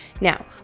Now